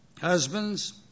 Husbands